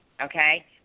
okay